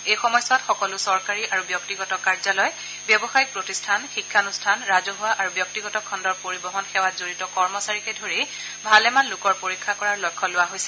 এই সময়ছোৱাত সকলো চৰকাৰী আৰু ব্যক্তিগত কাৰ্যালয় ব্যৱসায়িক প্ৰতিষ্ঠান শিক্ষনুষ্ঠান ৰাজহুৱা আৰু ব্যক্তিগত খণ্ডৰ পৰিবহণ সেৱাত জড়িত কৰ্মচাৰীকে ধৰি ভালেমান লোকৰ পৰীক্ষা কৰাৰ লক্ষ্য লোৱা হৈছে